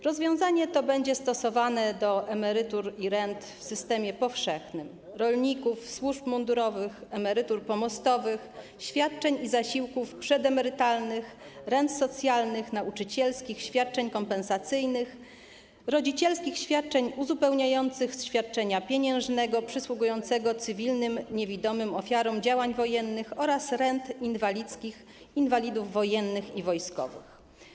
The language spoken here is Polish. Rozwiązanie to będzie stosowane w odniesieniu do emerytur i rent w systemie powszechnym - rolników, służb mundurowych, emerytur pomostowych, świadczeń i zasiłków przedemerytalnych, rent socjalnych, nauczycielskich, świadczeń kompensacyjnych, rodzicielskich świadczeń uzupełniających, świadczenia pieniężnego przysługującego cywilnym niewidomym ofiarom działań wojennych oraz rent inwalidzkich inwalidów wojennych i wojskowych.